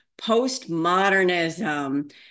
postmodernism